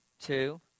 two